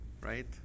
right